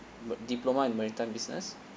b~ uh diploma in maritime business